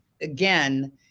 again